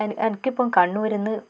എനക്ക് ഇപ്പോൾ കണ്ണൂരിൽ നിന്ന്